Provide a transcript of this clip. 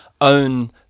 own